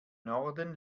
norden